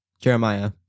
Jeremiah